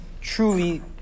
truly